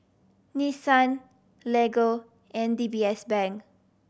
Nissan Lego and D B S Bank